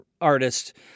artist